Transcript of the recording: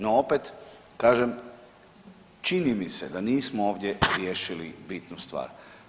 No opet, kažem, čini mi se da nismo ovdje riješili bitnu stvar.